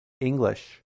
English